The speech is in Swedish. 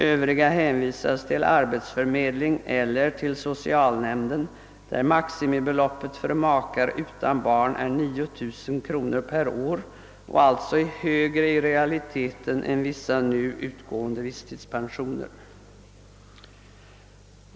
Övriga hänvisas till arbetsförmedlingen eller till socialnämnden, där maximibeloppet för makar utan barn är 9000 kronor per år och alltså i realiteten högre än vissa nu utgående visstidspensioner.